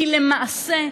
כי למעשה,